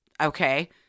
okay